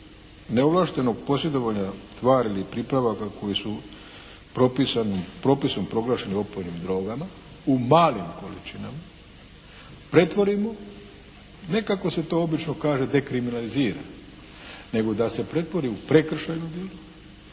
neovlaštenog posjedovanja tvari ili pripravaka koji su propisom proglašeni opojnim drogama u malim količinama pretvorimo ne kako se to obično kaže dekriminalizira nego da se pretvori u prekršajno djelo